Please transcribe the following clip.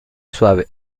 suave